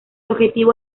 objetivo